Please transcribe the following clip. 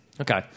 Okay